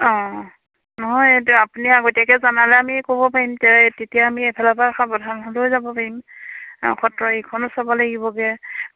অঁ নহয় এতিয়া আপুনি আগতীয়াকে জনালে আমি ক'ব পাৰিম তেতিয়া তেতিয়া আমি এফালৰ পৰা হ'লেও যাব পাৰিম সত্ৰ এইখনো চাব লাগিবগে